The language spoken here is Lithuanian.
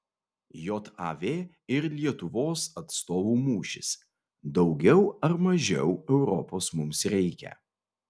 jav ir lietuvos atstovų mūšis daugiau ar mažiau europos mums reikia